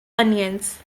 onions